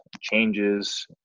changes